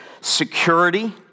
security